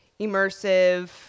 immersive